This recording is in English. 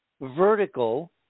Vertical